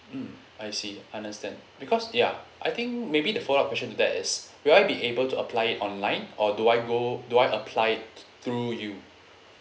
mm I see understand because ya I think maybe the follow up question to that is will I be able to apply it online or do I go do I apply it through you